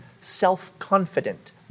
self-confident